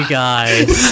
guys